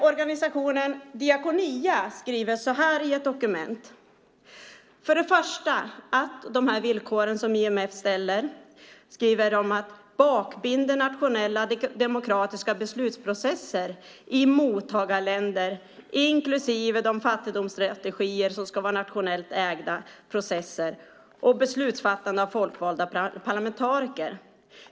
Organisationen Diakonia skriver så här i ett dokument om de villkor som IMF ställer: För det första bakbinder villkoren nationella demokratiska beslutsprocesser i mottagarländer inklusive att fattigdomsstrategier ska vara nationellt ägda processer och beslutsfattande ske av folkvalda parlamentariker.